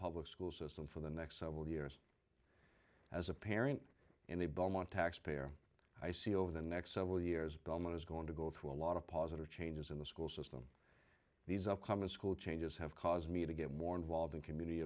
public school system for the next several years as a parent in the belmont taxpayer i see over the next several years belmont is going to go through a lot of positive changes in the school system these upcoming school changes have caused me to get more involved in community